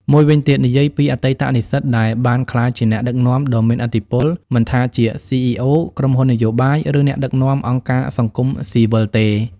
មួយវិញទៀត និយាយពីអតីតនិស្សិតដែលបានក្លាយជាអ្នកដឹកនាំដ៏មានឥទ្ធិពល មិនថាជា CEO ក្រុមហ៊ុននយោបាយ ឬអ្នកដឹកនាំអង្គការសង្គមស៊ីវិលទេ។